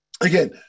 again